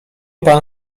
pan